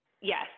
Yes